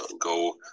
go